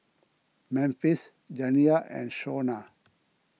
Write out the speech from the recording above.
Memphis Janiah and Shona